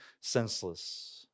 senseless